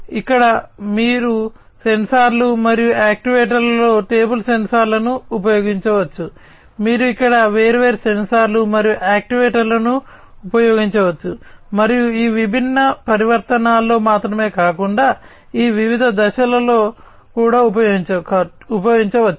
మీరు ఇక్కడ సెన్సార్లు మరియు యాక్యుయేటర్లలో టేబుల్ సెన్సార్లను ఉపయోగించవచ్చు మీరు ఇక్కడ వేర్వేరు సెన్సార్లు మరియు యాక్యుయేటర్లను ఉపయోగించవచ్చు మరియు ఈ విభిన్న పరివర్తనాల్లో మాత్రమే కాకుండా ఈ వివిధ దశలలో కూడా ఉపయోగించవచ్చు